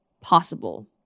possible